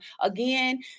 again